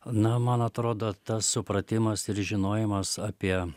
na man atrodo tas supratimas ir žinojimas apie